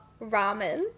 ramen